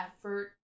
effort